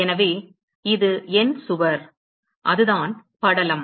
எனவே இது என் சுவர் அதுதான் படலம்